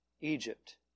Egypt